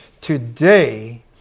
Today